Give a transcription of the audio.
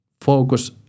focus